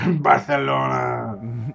Barcelona